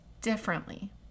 differently